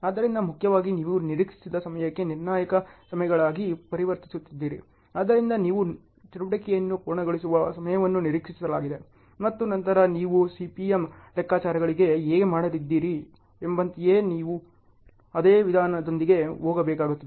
ಆದ್ದರಿಂದ ಮುಖ್ಯವಾಗಿ ನೀವು ನಿರೀಕ್ಷಿಸಿದ ಸಮಯಕ್ಕೆ ನಿರ್ಣಾಯಕ ಸಮಯಗಳಾಗಿ ಪರಿವರ್ತಿಸುತ್ತಿದ್ದೀರಿ ಆದ್ದರಿಂದ ನೀವು ಚಟುವಟಿಕೆಯನ್ನು ಪೂರ್ಣಗೊಳಿಸುವ ಸಮಯವನ್ನು ನಿರೀಕ್ಷಿಸಲಾಗಿದೆ ಮತ್ತು ನಂತರ ನೀವು CPM ಲೆಕ್ಕಾಚಾರಗಳಿಗೆ ಹೇಗೆ ಮಾಡಿದ್ದೀರಿ ಎಂಬಂತೆಯೇ ಅದೇ ವಿಧಾನದೊಂದಿಗೆ ಹೋಗಬೇಕಾಗುತ್ತದೆ